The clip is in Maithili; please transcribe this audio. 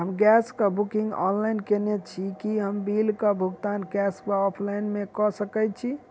हम गैस कऽ बुकिंग ऑनलाइन केने छी, की हम बिल कऽ भुगतान कैश वा ऑफलाइन मे कऽ सकय छी?